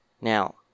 Now